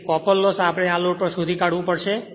તેથી copper loss આપણે આ લોડ પર શોધી કાઢવું પડશે